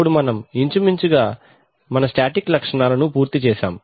ఇప్పుడు మనం ఇంచుమించు గా మన స్టాటిక్ లక్షణాలను పూర్తి చేశాము